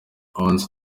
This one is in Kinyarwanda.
onze